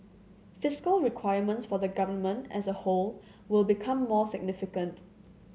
fiscal requirements for the Government as a whole will become more significant